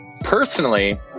Personally